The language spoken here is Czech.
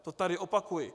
To tady opakuji.